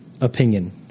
opinion –